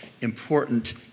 important